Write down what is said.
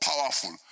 powerful